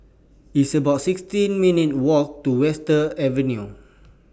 It's about sixty minutes' Walk to Western Avenue